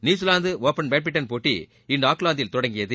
New Zealand open badminton போட்டி இன்று ஆக்லாந்தில் தொடங்கியது